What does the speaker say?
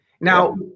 now